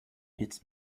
its